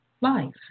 life